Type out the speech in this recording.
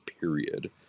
period